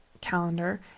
calendar